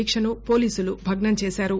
దీక్షను పోలీసులు భగ్నం చేశారు